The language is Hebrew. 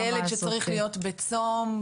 ילד שצריך להיות בצום,